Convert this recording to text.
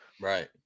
right